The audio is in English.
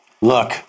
Look